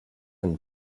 and